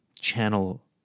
channel